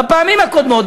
בפעמים הקודמות,